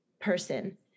person